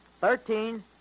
thirteen